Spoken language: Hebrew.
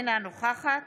אינה נוכחת